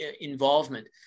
involvement